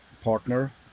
partner